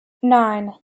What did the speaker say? nine